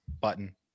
button